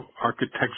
architecture